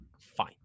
fine